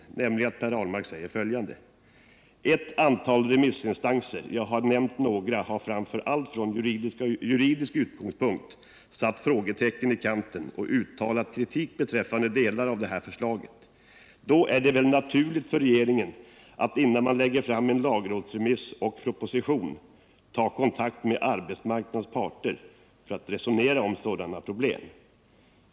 Per Ahlmark sade i debatten den 6 februari: ”Ett antal remissinstanser —- jag har nämnt några — har framför allt från juridisk utgångspunkt satt frågetecken i kanten och uttalat klar kritik beträffande delar av det här lagförslaget. Då är det väl naturligt för regeringen att, innan man lägger fram en lagrådsremiss och proposition, ta kontakt med arbetsmarknadens parter för att resonera om sådana problem.